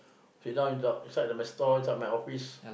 sit down in~ inside my store inside my office